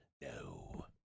No